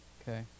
Okay